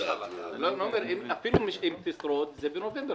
זה בנובמבר.